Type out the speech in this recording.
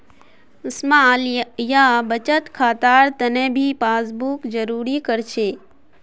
small या बचत खातार तने भी पासबुकक जारी कर छे